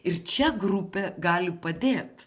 ir čia grupė gali padėt